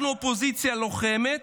אנחנו אופוזיציה לוחמת,